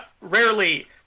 rarely